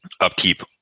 upkeep